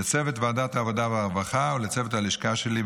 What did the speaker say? לצוות ועדת העבודה והרווחה ולצוות הלשכה שלי,